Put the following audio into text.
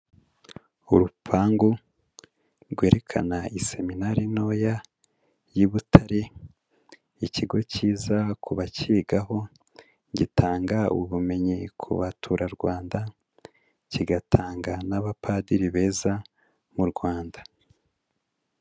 Urupangu rwerekana iseminari ntoya y'i Butare, ikigo cyiza ku bakigaho, gitanga ubumenyi ku baturarwanda, kigatanga n'abapadiri beza mu Rwanda.